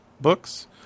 books